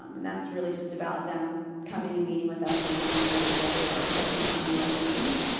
um and that's really just about them coming and meeting with us and looking at our data. they've already held some county level meetings.